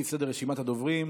על פי סדר רשימת הדוברים.